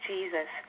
Jesus